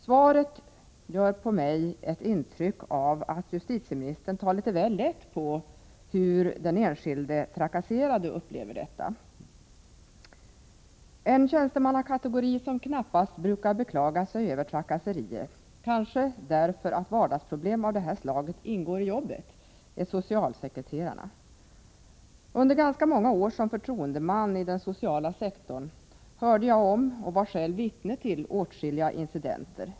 Svaret gör på mig ett intryck av att justitieministern tar litet väl lätt på hur den enskilde som trakasseras upplever detta. En tjänstemannakategori som knappast brukar beklaga sig över trakasse rier — kanske därför att vardagsproblem av det här slaget ingår i jobbet — är socialsekreterarna. Under ganska många år som förtroendeman inom den sociala sektorn hörde jag om, och var själv vittne till, åtskilliga incidenter.